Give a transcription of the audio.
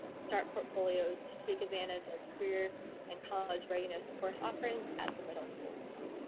start portfolios to take advantage of career and college readiness course offerings at the middle school.